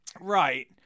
Right